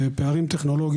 גם פערים טכנולוגיים,